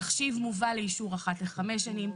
תחשיב מובא לאישור אחת לחמש שנים.